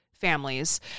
families